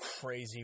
crazy